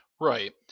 right